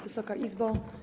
Wysoka Izbo!